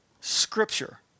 Scripture